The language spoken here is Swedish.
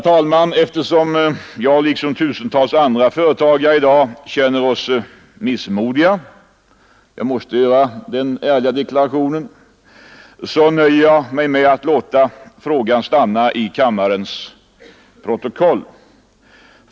Då jag liksom tusentals andra företagare i dag känner mig missmodig — jag måste göra den ärliga deklarationen — nöjer jag mig emellertid med att låta frågan stanna i kammarens protokoll.